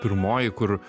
pirmoji kur